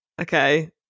Okay